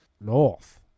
North